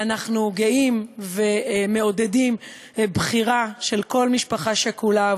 ואנחנו גאים ומעודדים בחירה של כל משפחה שכולה,